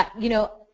you know,